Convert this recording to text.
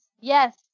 Yes